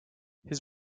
his